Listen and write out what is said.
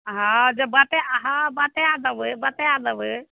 हँ जे बताए हँ बताए देबै बताए देबै